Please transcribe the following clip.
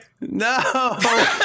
No